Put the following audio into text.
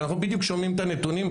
ואנחנו בדיוק שומעים את הנתונים,